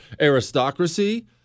aristocracy